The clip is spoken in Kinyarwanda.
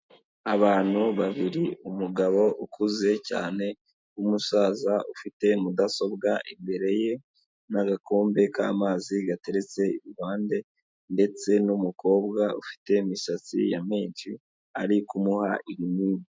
Abantu babiri, umugabo ukuze cyane w'umusaza ufite mudasobwa imbere ye n'agakombe k'amazi gateretse iruhande, ndetse n'umukobwa ufite imisatsi ya menshi ari kumuha ibinini.